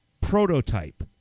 prototype